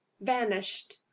vanished